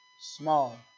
Small